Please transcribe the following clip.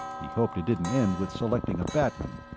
he hoped it didn't end with selecting a batman.